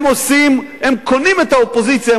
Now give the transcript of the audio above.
הם קונים את האופוזיציה,